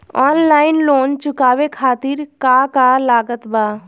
Online loan चुकावे खातिर का का लागत बा?